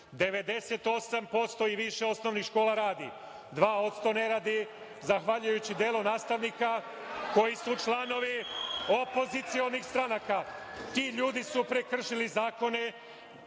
98% i više osnovnih škola radi. Dva odsto ne radi zahvaljujući delu nastavnika koji su članovi opozicionih stranaka. Ti ljudi su prekršili zakone